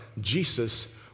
Jesus